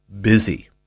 busy